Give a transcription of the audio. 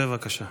בבקשה.